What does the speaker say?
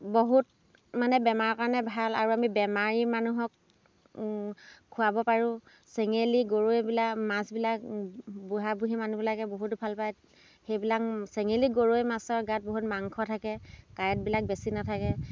বহুত মানে বেমাৰৰ কাৰণে ভাল আৰু আমি বেমাৰী মানুহক খোৱাব পাৰোঁ চেঙেলী গৰৈ এইবিলাক মাছবিলাক বুঢ়া বুঢ়ী মানুহবিলাকে বহুত ভাল পায় সেইবিলাক চেঙেলী গৰৈ মাছৰ গাত বহুত মাংস থাকে কাঁইটবিলাক বেছি নাথাকে